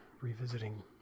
revisiting